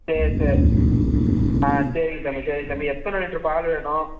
சரி சே ஆ சரிங்க தம்பி சரிங்க தம்பி எத்தன லிட்ரு பால் வேணும்